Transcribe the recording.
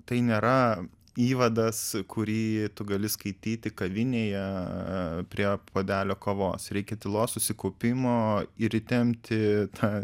tai nėra įvadas kurį tu gali skaityti kavinėje prie puodelio kavos reikia tylos susikaupimo ir įtempti tą